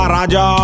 Raja